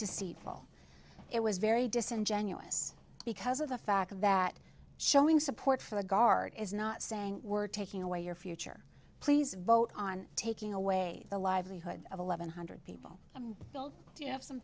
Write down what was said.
deceitful it was very disingenuous because of the fact that showing support for the guard is not saying we're taking away your future please vote on taking away the livelihood of eleven hundred people i'm told do you have some